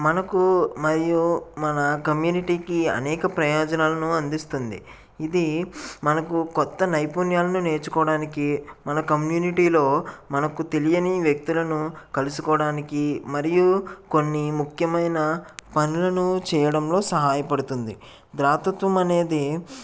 మనకు మరియు మన కమ్యూనిటీకి అనేక ప్రయోజనాలను అందిస్తుంది ఇది మనకు కొత్త నైపుణ్యాలను నేర్చుకోవడానికి మన కమ్యూనిటీలో మనకు తెలియని వ్యక్తులను కలుసుకోవడానికి మరియు కొన్ని ముఖ్యమైన పనులను చేయడంలో సహాయపడుతుంది ధాతృత్వం అనేది